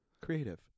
creative